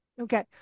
Okay